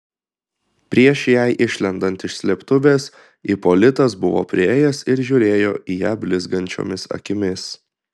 prieš jai išlendant iš slėptuvės ipolitas buvo priėjęs ir žiūrėjo į ją blizgančiomis akimis